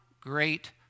great